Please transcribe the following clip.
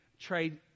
trade